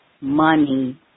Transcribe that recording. money